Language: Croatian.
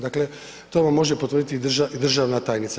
Dakle, to vam može potvrditi i državna tajnica.